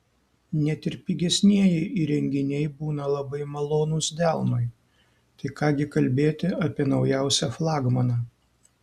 net ir pigesnieji įrenginiai būna labai malonūs delnui tai ką gi kalbėti apie naujausią flagmaną